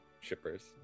shippers